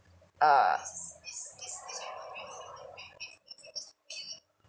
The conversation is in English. err